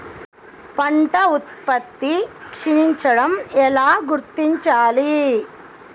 పంట ఉత్పత్తి క్షీణించడం ఎలా గుర్తించాలి?